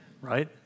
Right